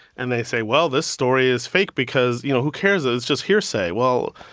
and they say, well, this story is fake because, you know, who cares? it's just hearsay. well,